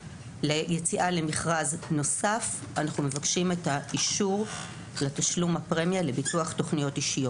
אנחנו מבקשים את האישור לתשלום הפרמיה לביטוח תאונות אישיות.